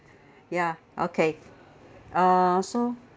ya okay uh so